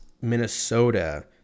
Minnesota